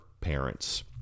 parents